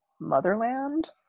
motherland